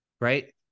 Right